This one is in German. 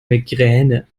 migräne